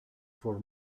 for